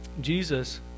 Jesus